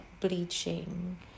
bleaching